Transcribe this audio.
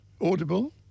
audible